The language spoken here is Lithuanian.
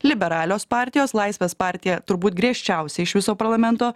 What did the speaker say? liberalios partijos laisvės partija turbūt griežčiausia iš viso parlamento